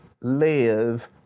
live